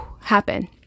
happen